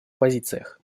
позициях